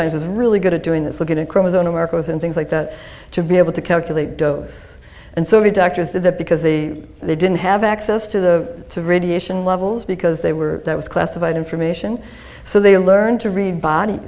is really good at doing this looking at chromosome arcos and things like that to be able to calculate dose and so the doctors did that because they they didn't have access to the radiation levels because they were that was classified information so they learned to read body